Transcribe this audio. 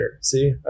See